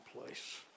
place